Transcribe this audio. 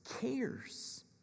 cares